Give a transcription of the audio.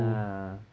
ah